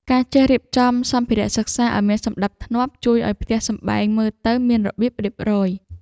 ការចេះរៀបចំសម្ភារៈសិក្សាឱ្យមានសណ្តាប់ធ្នាប់ជួយឱ្យផ្ទះសម្បែងមើលទៅមានរបៀបរៀបរយ។